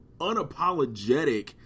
unapologetic